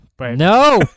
No